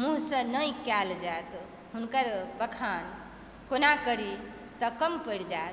मुँहसँ नहि कयल जायत हुनकर बखान कोना करी तऽ कम पड़ि जायत